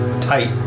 Tight